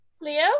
Leo